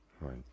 Right